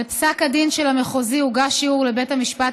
על פסק הדין של המחוזי הוגש ערעור לבית המשפט